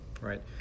right